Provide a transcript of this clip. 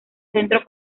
centro